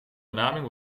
benaming